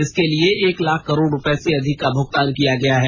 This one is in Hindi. इसके लिए एक लाख करोड़ रुपए से अधिक का भुगतान किया गया है